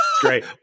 Great